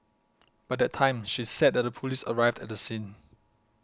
by that time she said that the police arrived at the scene